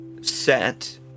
Set